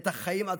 את החיים עצמם.